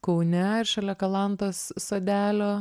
kaune ir šalia kalantos sodelio